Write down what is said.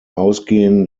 ausgehen